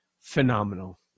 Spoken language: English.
Phenomenal